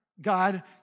God